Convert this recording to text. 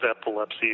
epilepsy